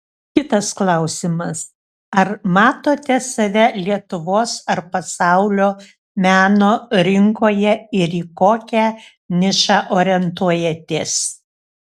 kitas klausimas ar matote save lietuvos ar pasaulio meno rinkoje ir į kokią nišą orientuojatės